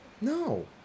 No